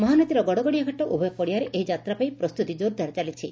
ମହାନଦୀର ଗଡଗଡିଆ ଘାଟ ଉଭୟ ପଡିଆରେ ଏହି ଯାତ୍ରା ପାଇଁ ପ୍ରସ୍ତୁତି ଜୋର୍ଦାର ଚାଲିଛି